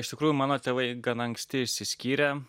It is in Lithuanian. iš tikrųjų mano tėvai gana anksti išsiskyrė